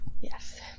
Yes